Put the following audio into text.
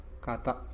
Kata